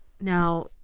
now